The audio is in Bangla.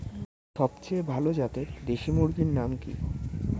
সবচেয়ে ভালো জাতের দেশি মুরগির নাম কি?